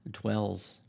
dwells